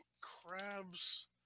crabs